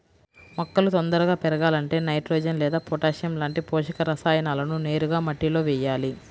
మొక్కలు తొందరగా పెరగాలంటే నైట్రోజెన్ లేదా పొటాషియం లాంటి పోషక రసాయనాలను నేరుగా మట్టిలో వెయ్యాలి